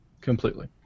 Completely